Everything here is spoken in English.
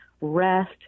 rest